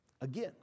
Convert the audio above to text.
again